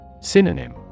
Synonym